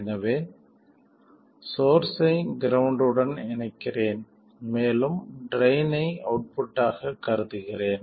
எனவே சோர்ஸ்ஸை கிரௌண்ட் உடன் இணைக்கிறேன் மேலும் ட்ரைன் ஐ அவுட்புட்டாக கருதுகிறேன்